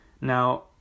Now